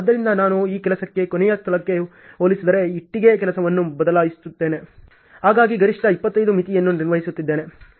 ಆದ್ದರಿಂದ ನಾನು ಈ ಸ್ಥಳಕ್ಕೆ ಕೊನೆಯ ಸ್ಥಳಕ್ಕೆ ಹೋಲಿಸಿದರೆ ಇಟ್ಟಿಗೆ ಕೆಲಸವನ್ನು ಬದಲಾಯಿಸುತ್ತಿದ್ದೇನೆ ಹಾಗಾಗಿ ಗರಿಷ್ಠ 25 ಮಿತಿಯನ್ನು ನಿರ್ವಹಿಸುತ್ತೇನೆ